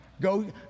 Go